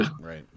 right